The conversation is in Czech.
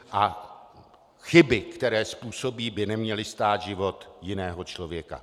A chyby, které způsobí, by neměly stát život jiného člověka.